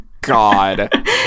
god